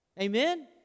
Amen